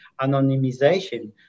anonymization